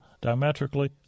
diametrically